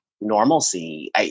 normalcy